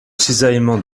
cisaillement